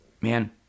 man